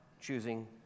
choosing